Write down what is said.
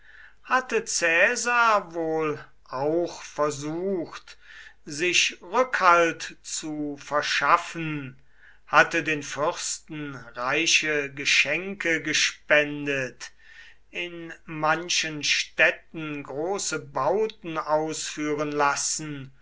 hatte caesar wohl auch versucht sich rückhalt zu verschaffen hatte den fürsten reiche geschenke gespendet in manchen städten große bauten ausführen lassen